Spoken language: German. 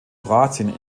kroatien